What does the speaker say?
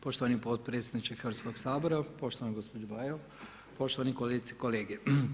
Poštovani potpredsjedniče Hrvatskog sabora, poštovano gospođo Bajo, poštovane kolegice i kolege.